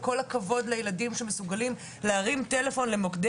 כל הכבוד לילדים שמסוגלים להרים טלפון למוקדי